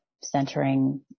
centering